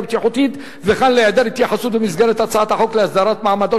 בטיחותית וכן להיעדר התייחסות במסגרת הצעת החוק להסדרת מעמדו